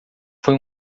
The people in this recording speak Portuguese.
foi